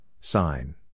sign